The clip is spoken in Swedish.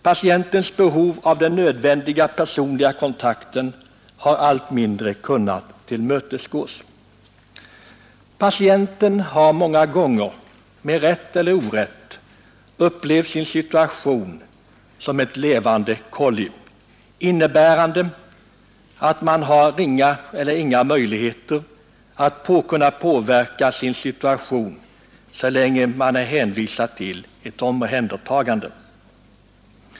Patientens behov av personlig kontakt har i allt mindre grad kunnat tillmötesgås. Patienten har många gånger — med rätt eller orätt — upplevt sin situation som om han vore ett levande kolli med få eller inga möjligheter att påverka sin situation så länge han är hänvisad till att behöva omhändertagas.